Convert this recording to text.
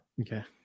Okay